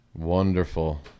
Wonderful